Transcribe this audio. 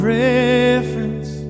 reference